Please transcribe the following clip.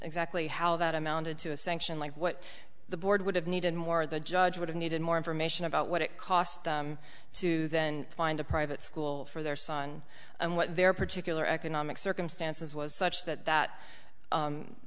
exactly how that amounted to a sanction like what the board would have needed more the judge would have needed more information about what it cost to then find a private school for their son and what their particular economic circumstances was such that that